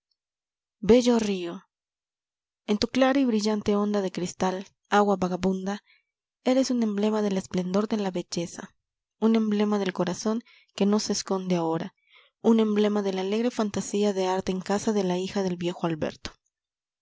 río en tu clara y brillante onda de cristal agua vagabunda eres un emblema del esplendor de la belleza un emblema del corazón que no se esconde ahora un emblema de la alegre fantasía de arte en casa de la hija del viejo alberto